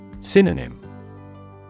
Synonym